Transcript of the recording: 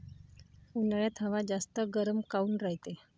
उन्हाळ्यात हवा जास्त गरम काऊन रायते?